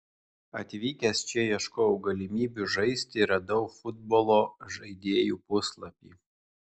atvykęs čia ieškojau galimybių žaisti ir radau futbolo žaidėjų puslapį